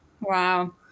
wow